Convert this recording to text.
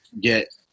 get